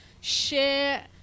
share